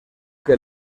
que